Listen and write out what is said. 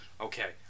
Okay